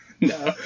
No